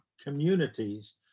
communities